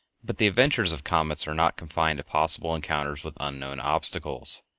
but the adventures of comets are not confined to possible encounters with unknown obstacles.